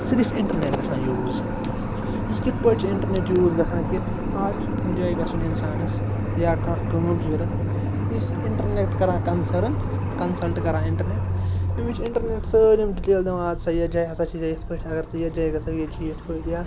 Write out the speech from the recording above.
صِرف اِنٹرنٮ۪ٹ گَژھان یوٗز یہِ کِتھ پٲٹھۍ چھِ اِنٹَرنٮ۪ٹ یوٗز گَژھان کہِ آز چھُ کُنہِ جایہِ گَژھُن اِنسانَس یا کانٛہہ کٲم چھُ ضوٚرَتھ یہِ چھِ اِنٹرنٮ۪ٹ کَران کَنسٲرٕن کَنسَلٹ کَران اِنٹرنٮ۪ٹ أمِس چھِ اِنٹَرنٮ۪ٹ سٲلم ڈِٹیل دِوان ہَتہٕ سا یَتھ جایہِ ہَسا چھِ یہِ یِتھ پٲٹھۍ اَگر ژٕ یَتھ جایہِ گژھکھ ییٚتہِ چھِ یِتھ پٲٹھۍ یا